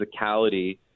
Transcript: physicality